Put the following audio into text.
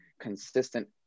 consistent